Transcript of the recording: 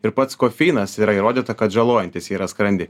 ir pats kofeinas yra įrodyta kad žalojantis yra skrandį